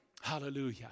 Hallelujah